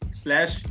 slash